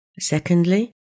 Secondly